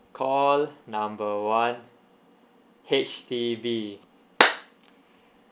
call number one H_D_B